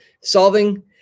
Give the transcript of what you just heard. solving